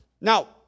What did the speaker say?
Now